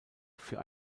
für